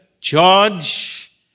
George